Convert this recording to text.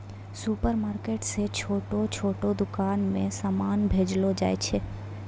supermarket से छोटो छोटो दुकान मे समान भेजलो जाय छै